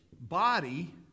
body